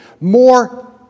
more